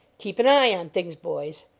keep an eye on things, boys!